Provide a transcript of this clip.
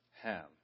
Ham